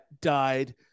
died